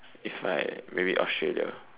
if I maybe Australia